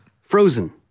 Frozen